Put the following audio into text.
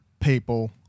people